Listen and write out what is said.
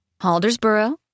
Haldersboro